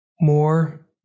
more